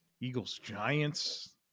Eagles-Giants